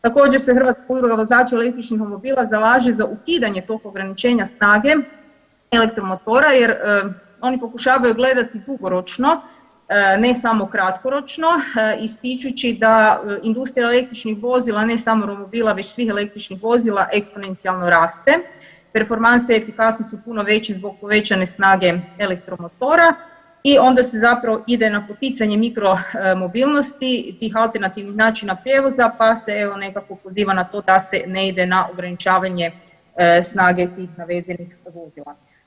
Također se Hrvatska udruga vozača električnih romobila zalaže za ukidanje tog ograničenja snage elektromotora jer oni pokušavaju gledati dugoročno, ne samo kratkoročno, ističući da industrija električnih vozila, ne samo romobila već svih električnih vozila eksponencijalno raste, performanse i efikasnost su puno veće zbog povećane snage elektromotora i onda se zapravo ide na poticanje mikromobilnosti i tih alternativnih načina prijevoza, pa se evo, nekako poziva na to da se ne ide na ograničavanje snage tih navedenih vozila.